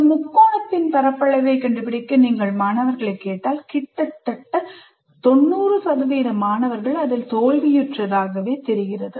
ஒரு முக்கோணத்தின் பரப்பளவை கண்டுபிடிக்க நீங்கள் மாணவர்களைக் கேட்டால் கிட்டத்தட்ட 90 சதவீத மாணவர்கள் அதில் தோல்வியுற்றதாகத் தெரிகிறது